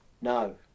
No